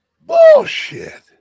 Bullshit